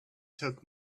took